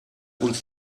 uns